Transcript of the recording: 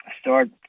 start